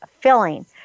filling